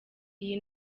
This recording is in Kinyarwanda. iyi